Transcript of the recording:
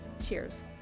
Cheers